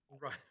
Right